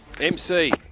MC